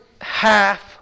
half